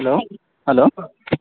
hello hello